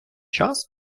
час